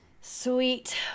Sweet